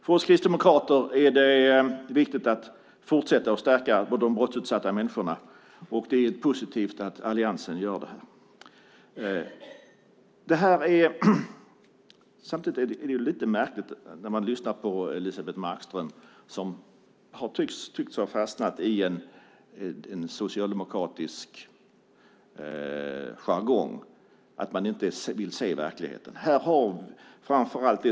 För oss kristdemokrater är det viktigt att fortsätta att stärka de brottsutsatta människorna. Det är positivt att alliansen gör det. Samtidigt är det lite märkligt att lyssna till Elisebeht Markström som tycks ha fastnat i en socialdemokratisk jargong. Man vill inte se verkligheten.